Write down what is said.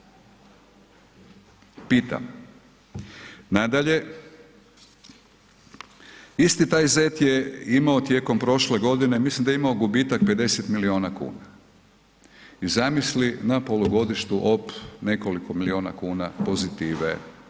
Pitam nadalje, isti taj ZET je imao tijekom prošle godine, mislim da je imao gubitak 50 milijuna kuna i zamisli na polugodištu op, nekoliko milijuna kuna pozitive.